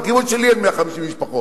בקיבוץ שלי אין 150 משפחות.